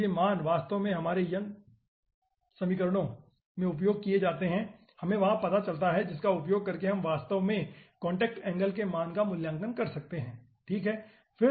तो ये मान वास्तव में हमारे यंग समीकरणों Young's equations में उपयोग किए जाते हैं हमें वहां पता चलता है इसका उपयोग करके हम वास्तव में कांटेक्ट एंगल के मान का मूल्यांकन कर सकते हैं ठीक है